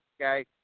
okay